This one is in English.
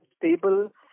stable